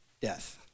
death